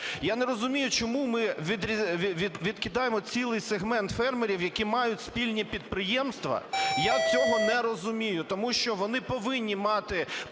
Я не розумію, чому ми відкидаємо цілий сегмент фермерів, які мають спільні підприємства. Я цього не розумію, тому що вони повинні мати